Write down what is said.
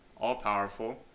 all-powerful